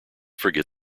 forget